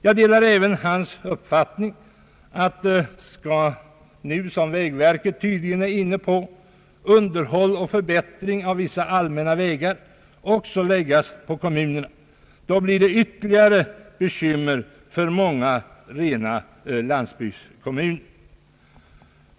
Jag delar även herr Bengtsons uppfattning att om underhåll och förbättring av vissa allmänna vägar nu också skall läggas på kommunerna — en tanke som vägverket tydligen är inne på — så blir det ytterligare bekymmer för många rena landsbygdskommuner.